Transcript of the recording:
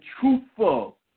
truthful